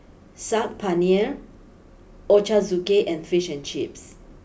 Saag Paneer Ochazuke and Fish and Chips